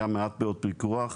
היה מעט מאוד פיקוח,